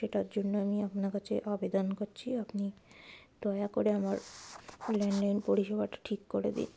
সেটার জন্য আমি আপনার কাছে আবেদন করছি আপনি দয়া করে আমার ল্যান্ডলাইন পরিষেবাটা ঠিক করে দিন